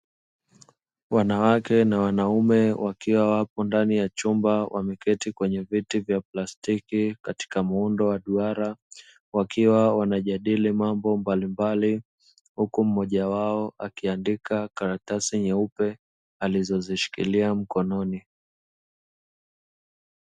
Wanawake na wanaume wakiwa wapo ndani ya chumba, wameketi kwenye viti vya plastiki katika muundo wa duara, wakiwa wanajadili mambo mbalimbali, huku mmoja wao akiandika karatasi nyeupe alizoshikilia mkononi.